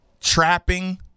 trapping